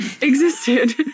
existed